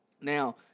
Now